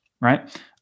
right